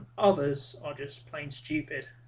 all those artist planes cheated